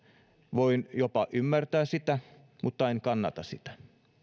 voin jopa ymmärtää sitä mutta en kannata sitä